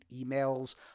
emails